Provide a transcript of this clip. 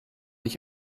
ich